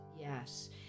yes